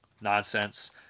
Nonsense